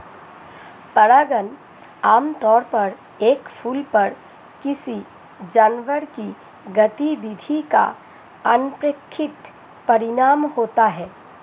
परागण आमतौर पर एक फूल पर किसी जानवर की गतिविधि का अनपेक्षित परिणाम होता है